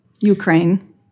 Ukraine